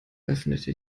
öffnete